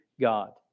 God